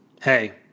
Hey